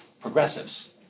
progressives